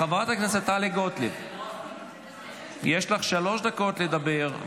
חברת הכנסת טלי גוטליב, יש לך שלוש דקות לדבר.